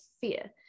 fear